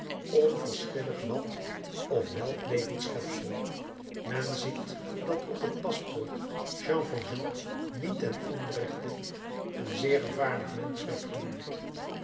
onverschillig wat of welk levend schepsel men ziet dat op het paspoort jean valjean niet ten onrechte een zeer gevaarlijk mensch werd genoemd